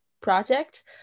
project